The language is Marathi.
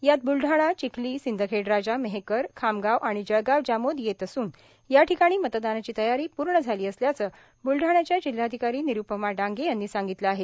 यात ब्लढाणा चिखली सिंदखेडराजा मेहकर खामगाव आणि जळगाव जामोद येत असून याठिकाणी मतदानाची तयारी पूर्ण झाली असल्याचं ब्लढाण्याच्या जिल्हाधिकारी निरूपमा डांगे यांनी सांगितलं आहे